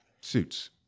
Suits